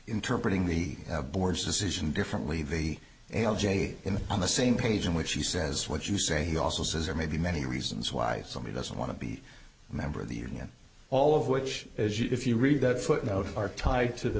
interpret in the board's decision differently the a l j in on the same page in which she says what you say he also says there may be many reasons why somebody doesn't want to be a member of the union all of which is you if you read that footnote are tied to the